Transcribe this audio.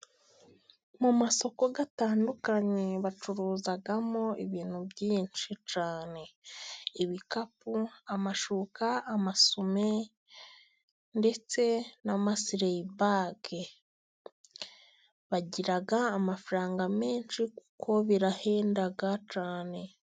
Mu masoko atandukanye bacuruzamo ibintu byinshi cyane. Ibikapu, amashuka amasume, ndetse na amasileyibage. Bagira amafaranga menshi kuko birahenda cyane.